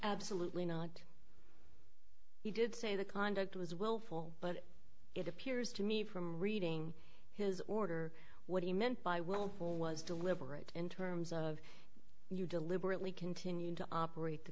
absolutely not he did say the conduct was willful but it appears to me from reading his order what he meant by well was deliberate in terms of you deliberately continued to operate the